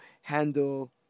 handle